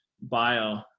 bio